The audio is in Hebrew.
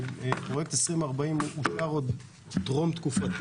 פרויקט 2040 הוא טרום-תקופתי,